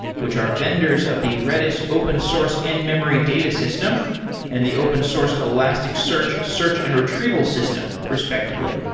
which are vendors of the redis open source in-memory data system and the open source elasticsearch search and retrieval system, respectively.